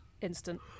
instant